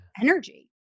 energy